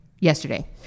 yesterday